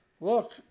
look